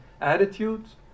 attitudes